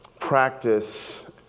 practice